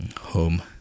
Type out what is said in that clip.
home